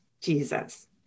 Jesus